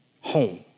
home